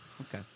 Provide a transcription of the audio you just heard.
okay